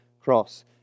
cross